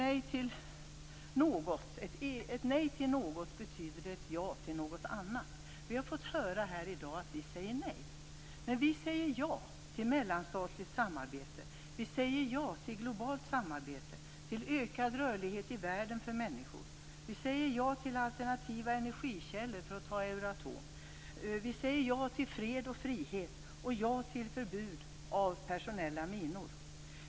Ett nej till något betyder ett ja till något annat. Vi har här i dag fått höra att vi säger nej. Men vi säger ja till mellanstatligt samarbete. Vi säger ja till globalt samarbete och ökad rörlighet i världen för människor. Vi säger ja till alternativa energikällor, för att anknyta till Euratom. Vi säger ja till fred och frihet och ja till förbud mot antipersonella minor.